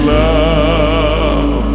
love